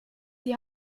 die